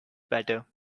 better